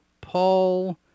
Paul